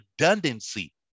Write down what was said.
redundancy